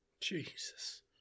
Jesus